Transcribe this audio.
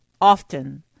often